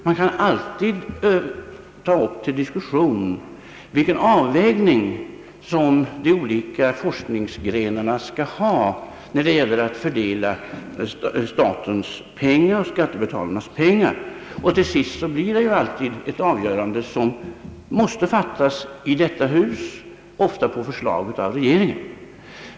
Man kan alltid ta upp till dis kussion frågan om hur avvägningen skall göras mellan de olika forskningsgrenarna när det gäller ait fördela statens, skattebetalarnas, pengar. Till sist blir det alltid ett avgörande som måste träffas i detta hus, ofta på förslag av regeringen.